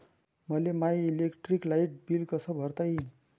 मले माय electric light bill कस भरता येईल?